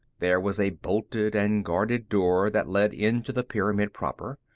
there was a bolted and guarded door that led into the pyramid proper.